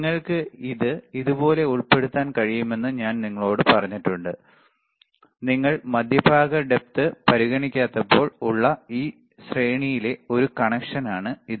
നിങ്ങൾക്ക് ഇത് ഇതുപോലെ ഉൾപ്പെടുത്താൻ കഴിയുമെന്ന് ഞാൻ നിങ്ങളോട് പറഞ്ഞിട്ടുണ്ട് നിങ്ങൾ മധ്യഭാഗ ഡെപ്ത് പരിഗണിക്കാത്തപ്പോൾ ഉള്ള ഈ ശ്രേണിയിലെ ഒരു കണക്ഷനാണ് ഇത്